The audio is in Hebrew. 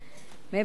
מעבר לכך,